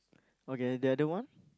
okay the other one